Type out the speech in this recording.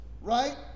Right